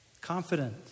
Confident